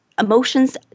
emotions